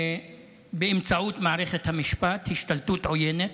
באמצעות מערכת המשפט, השתלטות עוינת.